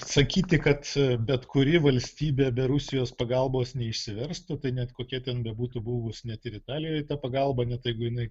sakyti kad bet kuri valstybė be rusijos pagalbos neišsiverstų tai net kokia ten bebūtų buvus net ir italijoj ta pagalba net jeigu jinai